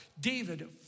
David